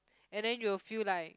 and then you will feel like